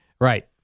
Right